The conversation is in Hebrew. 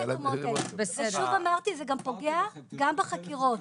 ושוב אמרתי, זה גם פוגע בחקירות,